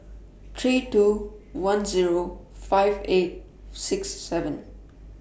three two one Zero five eight six seven